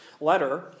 letter